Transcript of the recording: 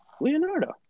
Leonardo